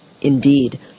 Indeed